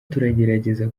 turagerageza